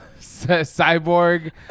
Cyborg